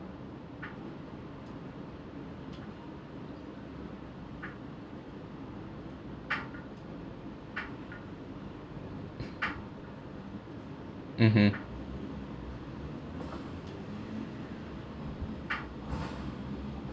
mmhmm